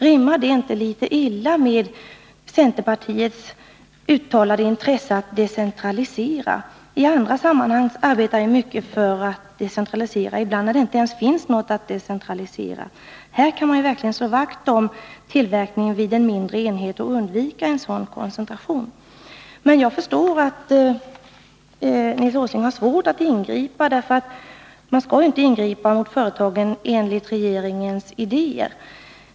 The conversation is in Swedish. Rimmar det inte litet illa med centerpartiets uttalade intresse att decentralisera? I andra sammanhang arbetar ni ju mycket för att decentralisera — ibland när det inte ens finns något att decentralisera. Här kan man ju verkligen slå vakt om tillverkningen vid en mindre enhet och undvika koncentration. Men jag förstår att Nils Åsling har svårt att ingripa. Man skall ju inte ingripa mot företagen, enligt regeringens idéer.